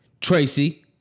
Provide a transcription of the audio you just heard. Tracy